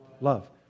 love